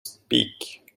speak